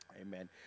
Amen